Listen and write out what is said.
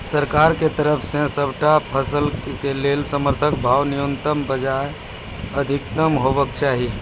सरकारक तरफ सॅ सबटा फसलक लेल समर्थन भाव न्यूनतमक बजाय अधिकतम हेवाक चाही?